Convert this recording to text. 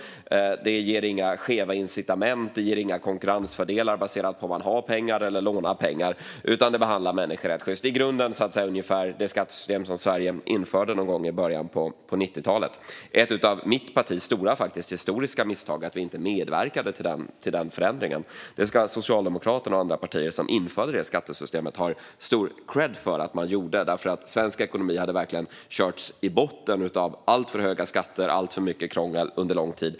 Det ger inga skeva incitament. Det ger inga konkurrensfördelar baserat på om man har pengar eller lånar pengar, utan det behandlar människor rätt sjyst. I grunden är det ungefär det skattesystem som infördes i Sverige någon gång i början av 90-talet. Det är ett av mitt partis stora och faktiskt historiska misstag att vi inte medverkade till den förändringen. Socialdemokraterna och andra partier som införde det skattesystemet ska ha stor kredd för att de gjorde det, för svensk ekonomi hade verkligen körts i botten av alltför höga skatter och alltför mycket krångel under lång tid.